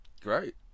Great